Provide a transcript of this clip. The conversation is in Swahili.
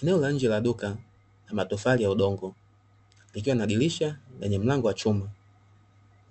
Eneo la nje la duka la matofali ya udongo likiwa na dirisha lenye mlango wa chuma ,